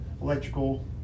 electrical